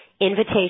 invitation